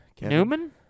Newman